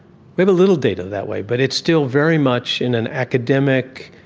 we have a little data that way, but it's still very much in an academic,